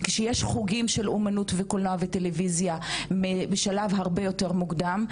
כשיש חוגים של קולנוע ואומנות וטלויזיה בשלב הרבה יותר מוקדם.